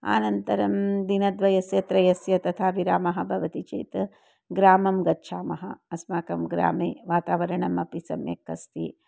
अनन्तरं दिनद्वयस्य त्रयस्य तथा विरामः भवति चेत् ग्रामं गच्छामः अस्माकं ग्रामे वातावरणमपि सम्यक् अस्ति